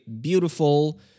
beautiful